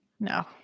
No